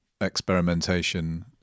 experimentation